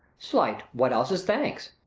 slight, what else is thanks?